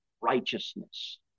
righteousness